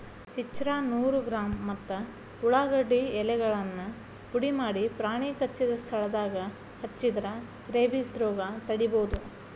ಚಿರ್ಚ್ರಾ ನೂರು ಗ್ರಾಂ ಮತ್ತ ಉಳಾಗಡ್ಡಿ ಎಲೆಗಳನ್ನ ಪುಡಿಮಾಡಿ ಪ್ರಾಣಿ ಕಚ್ಚಿದ ಸ್ಥಳದಾಗ ಹಚ್ಚಿದ್ರ ರೇಬಿಸ್ ರೋಗ ತಡಿಬೋದು